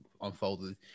unfolded